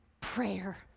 prayer